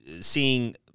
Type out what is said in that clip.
seeing